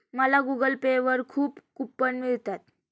मला Google Pay वर खूप कूपन मिळतात